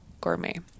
gourmet